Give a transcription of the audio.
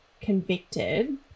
convicted